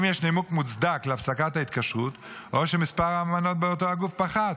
אם יש נימוק מוצדק להפסקת ההתקשרות או שמספר המנות באותו הגוף פחת,